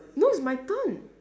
no it's my turn